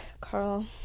Carl